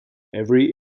every